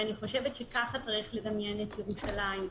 ואני חושבת שכך צריך לדמיין את ירושלים.